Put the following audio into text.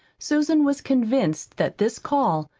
susan was convinced that this call,